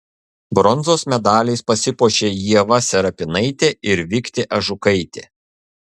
bronzos medaliais pasipuošė ieva serapinaitė ir viktė ažukaitė